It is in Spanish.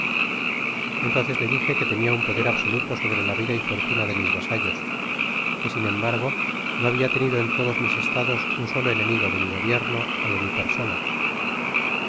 entonces le dije que tenia un poder absoluto sobre la vida y fortuna de mis vasallos que sin embargo no habfa teñido en todos mis estados un solo enemigo de mi gobierno ó de mi per